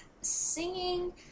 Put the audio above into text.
singing